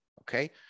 okay